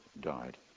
died